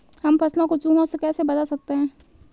हम फसलों को चूहों से कैसे बचा सकते हैं?